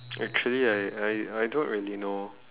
actually I I I don't really know